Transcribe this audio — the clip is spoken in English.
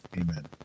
Amen